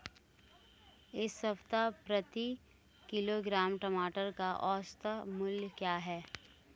इस सप्ताह प्रति किलोग्राम टमाटर का औसत मूल्य क्या है?